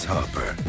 Harper